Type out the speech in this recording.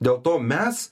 dėl to mes